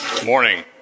morning